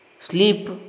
Sleep